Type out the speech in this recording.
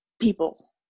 people